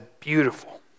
beautiful